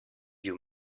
you